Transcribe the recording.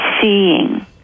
seeing